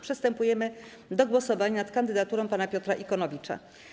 Przystępujemy do głosowania nad kandydaturą pana Piotra Ikonowicza.